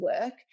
work